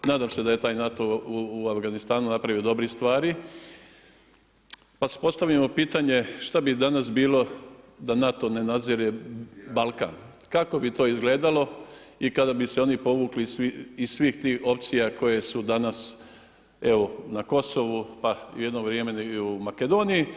Nadam se da je taj NATO u Afganistanu napravio i dobrih stvari, pa si postavimo pitanje šta bi danas bilo da NATO ne nadzire Balkan, kako bi to izgledalo i kada bi se oni povukli iz svih tih opcija koje su danas evo na Kosovu, pa jedno vrijeme i u Makedoniji.